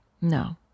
No